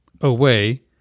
away